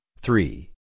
three